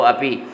Api